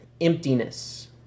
emptiness